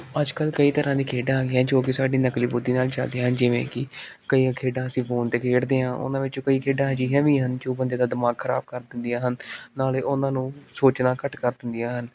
ਅੱਜ ਕੱਲ੍ਹ ਕਈ ਤਰ੍ਹਾਂ ਦੀਆਂ ਖੇਡਾਂ ਆ ਗਈਆਂ ਜੋ ਕਿ ਸਾਡੀ ਨਕਲੀ ਬੁੱਧੀ ਨਾਲ ਚਲਦੀਆਂ ਹਨ ਜਿਵੇਂ ਕਿ ਕਈਆਂ ਖੇਡਾਂ ਅਸੀਂ ਫੋਨ 'ਤੇ ਖੇਡਦੇ ਹਾਂ ਉਹਨਾਂ ਵਿੱਚੋਂ ਕਈ ਖੇਡਾਂ ਅਜਿਹੀਆਂ ਵੀ ਹਨ ਜੋ ਬੰਦੇ ਦਾ ਦਿਮਾਗ ਖਰਾਬ ਕਰ ਦਿੰਦੀਆਂ ਹਨ ਨਾਲੇ ਉਹਨਾਂ ਨੂੰ ਸੋਚਣਾ ਘੱਟ ਕਰ ਦਿੰਦੀਆਂ ਹਨ